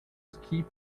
ski